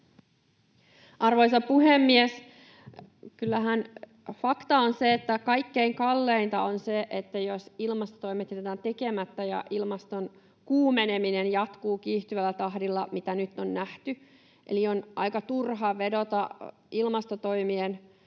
Arvoisa puhemies! Kyllähän fakta on se, että kaikkein kalleinta on se, jos ilmastotoimet jätetään tekemättä ja ilmaston kuumeneminen jatkuu kiihtyvällä tahdilla, mitä nyt on nähty. Eli on aika turha vedota ilmastotoimien